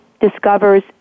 discovers